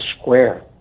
square